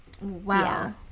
wow